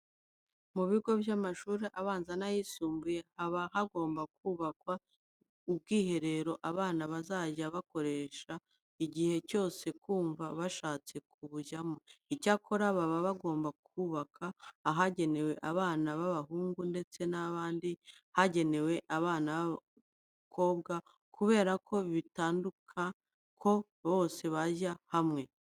Mu bigo by'amashuri abanza n'ayisumbuye haba hagomba kubakwa ubwiherero abana bazajya bakoresho igihe cyose bumva bashatse kubujyamo. Icyakora baba bagomba kubaka ahagenewe abana b'abahungu ndetse n'ahandi hagenewe abana b'abakobwa kubera ko bitakunda ko bose bajya hamwe.